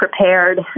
prepared